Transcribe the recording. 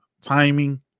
timing